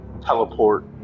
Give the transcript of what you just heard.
teleport